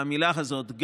אני לא מפחד מהמילה הזאת,